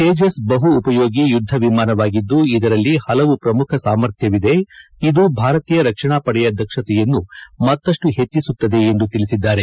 ತೇಜಸ್ ಬಹು ಉಪಯೋಗಿ ಯುದ್ಧ ವಿಮಾನವಾಗಿದ್ದು ಇದರಲ್ಲಿ ಹಲವು ಪ್ರಮುಖ ಸಾಮರ್ಥ್ಯವಿದೆ ಇದು ಭಾರತೀಯ ರಕ್ಷಣಾ ಪಡೆಯ ದಕ್ಷತೆಯನ್ನು ಮತ್ತಷ್ಟು ಹೆಚ್ಚಿಸುತ್ತದೆ ಎಂದು ತಿಳಿಸಿದ್ದಾರೆ